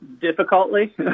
Difficultly